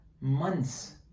months